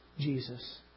jesus